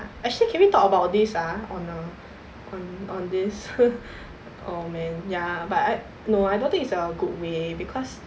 actually can we talk about this ah on err on this oh man ya but I no I don't think it's a good way because